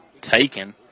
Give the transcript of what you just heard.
Taken